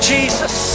Jesus